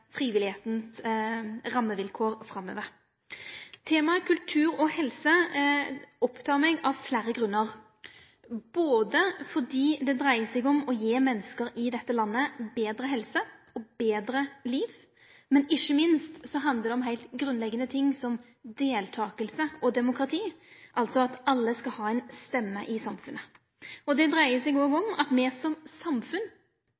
rammevilkår framover. Temaet kultur og helse opptek meg av fleire grunnar, fordi det dreier seg om å gi menneske i dette landet betre helse og eit betre liv, men ikkje minst handlar det om heilt grunnleggjande ting som deltaking og demokrati – altså at alle skal ha ei stemme i samfunnet. Det dreier seg